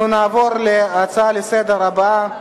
אנחנו נעבור להצעה לסדר-היום הבאה,